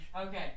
Okay